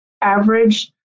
average